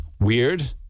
Weird